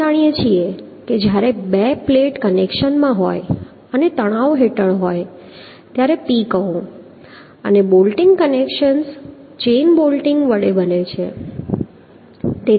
આપણે જાણીએ છીએ કે જ્યારે બે પ્લેટ કનેક્શનમાં હોય છે અને તણાવ હેઠળ હોય ત્યારે P કહો અને બોલ્ટિંગ કનેક્શન્સ ચેઇન બોલ્ટિંગ વડે બને છે